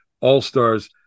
All-Stars